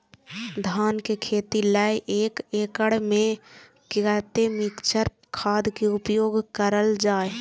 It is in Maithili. धान के खेती लय एक एकड़ में कते मिक्चर खाद के उपयोग करल जाय?